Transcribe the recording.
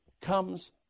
comes